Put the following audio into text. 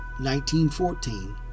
1914